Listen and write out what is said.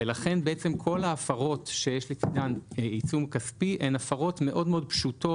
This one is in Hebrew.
לכן כל ההפרות שיש בצדן עיצום כספי הן הפרות מאוד מאוד פשוטות,